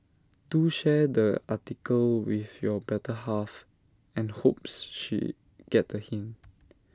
do share the article with your better half and hopes she get the hint